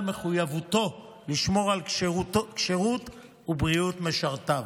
מחויבותו לשמור על כשירות ובריאות משרתיו.